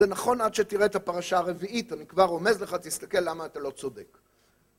זה נכון עד שתראה את הפרשה הרביעית, אני כבר רומז לך, תסתכל למה אתה לא צודק.